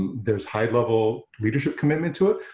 there's high level leadership commitment to it,